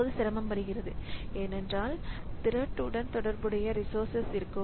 இப்போது சிரமம் வருகிறது ஏனெனில் த்ரெட் உடன் தொடர்புடைய ரிசோர்சஸ் இருக்கும்